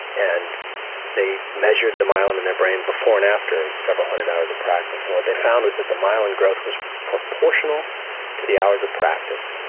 and they measured the myelin in their brain before and after several hundred hours of practice and what they found was that the myelin growth was proportional to the hours of practice.